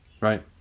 right